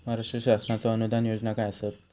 महाराष्ट्र शासनाचो अनुदान योजना काय आसत?